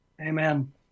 Amen